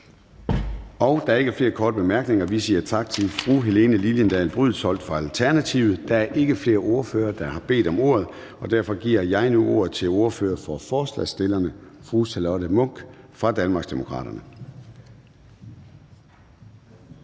Der er ikke flere korte bemærkninger. Vi siger tak til fru Helene Liliendahl Brydensholt fra Alternativet. Der er ikke flere ordførere, der har bedt om ordet, og derfor giver jeg nu ordet til ordfører for forslagsstillerne, fru Charlotte Munch fra Danmarksdemokraterne.